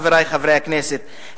חברי חברי הכנסת,